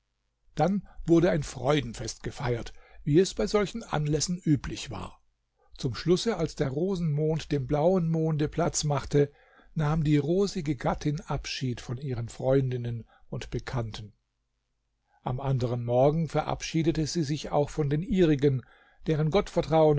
dann wurde ein freudenfest gefeiert wie es bei solchen anlässen üblich war zum schlusse als der rosenmond dem blauen monde platz machte nahm die rosige gattin abschied von ihren freundinnen und bekannten am andern morgen verabschiedete sie sich auch von den ihrigen deren gottvertrauen